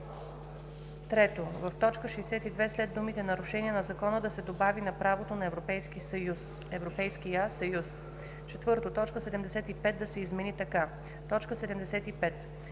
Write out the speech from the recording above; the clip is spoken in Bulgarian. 3. В т. 62 след думите „нарушения на закона“ да се добави „на правото на Европейския съюз“. 4. Точка 75 да се измени така: „75.